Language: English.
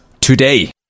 today